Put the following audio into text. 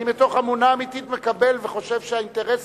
אני מתוך אמונה אמיתית מקבל וחושב שהאינטרס